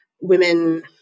women